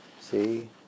See